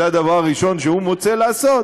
זה הדבר הראשון שהוא מוצא לעשות,